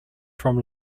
from